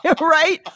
right